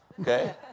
Okay